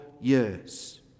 years